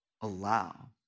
Allow